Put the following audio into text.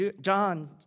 John